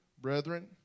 brethren